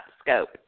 scope